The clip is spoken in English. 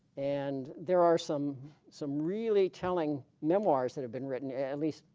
and there are some some really telling memoirs that have been written at least